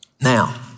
Now